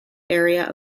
area